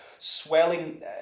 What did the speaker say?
swelling